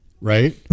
right